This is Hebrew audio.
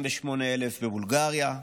48,000 בבולגריה,